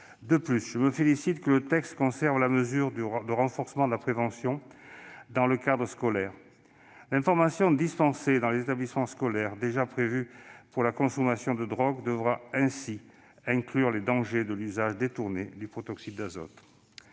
me félicite de ce que le texte conserve la mesure de renforcement de la prévention dans le cadre scolaire. L'information dispensée dans les établissements scolaires, déjà prévue pour la consommation de drogues, devra ainsi inclure les dangers de l'usage détourné du protoxyde d'azote.